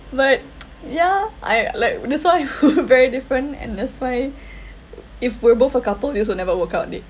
but ya I like that's why very different and that's why if we're both a couple this will never work out already